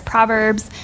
Proverbs